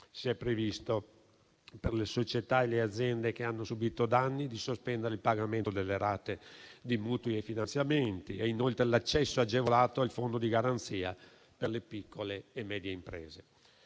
Si è previsto, per le società e le aziende che hanno subito danni, di sospendere il pagamento delle rate di mutui e finanziamenti e inoltre l'accesso agevolato al fondo di garanzia per le piccole e medie imprese.